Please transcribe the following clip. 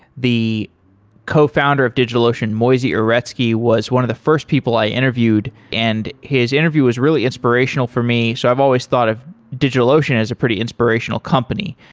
the cofounder of digitalocean, moisey uretsky, was one of the first people i interviewed and his interview is really inspirational for me, so i've always thought of digitalocean is a pretty inspirational company.